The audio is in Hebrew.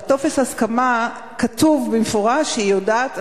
ובטופס ההסכמה כתוב במפורש שהיא יודעת,